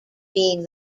being